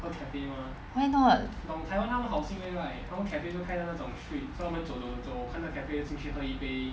why not